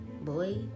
boy